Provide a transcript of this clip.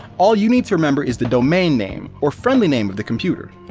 all you need to remember is the domain name, or friendly name of the computer.